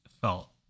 felt